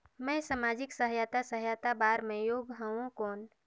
मैं समाजिक सहायता सहायता बार मैं योग हवं कौन?